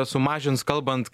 sumažins kalbant